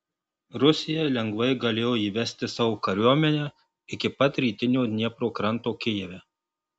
rusija lengvai galėjo įvesti savo kariuomenę iki pat rytinio dniepro kranto kijeve